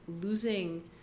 losing